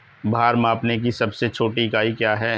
भार मापने की सबसे छोटी इकाई क्या है?